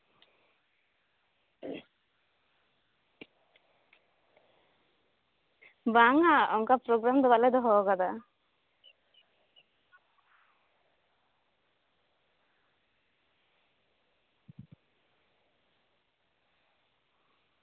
ᱵᱟᱝᱟ ᱚᱱᱠᱟ ᱯᱨᱳᱜᱨᱟᱢ ᱫᱚ ᱵᱟᱞᱮ ᱫᱚᱦᱚᱣᱟᱠᱟᱫᱟ